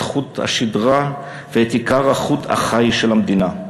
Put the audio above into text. חוט השדרה ואת עיקר הגוף החי של המדינה.